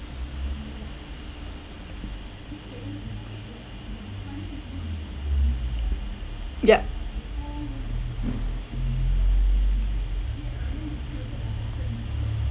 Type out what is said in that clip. ya